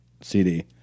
CD